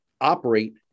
operate